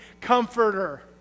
Comforter